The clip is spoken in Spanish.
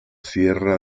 sierra